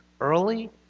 early